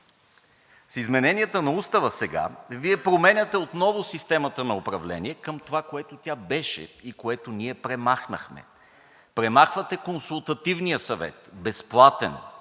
С измененията на Устава сега Вие променяте отново системата на управление към това, което тя беше и което ние премахнахме. Премахвате Консултативния съвет. Безплатен.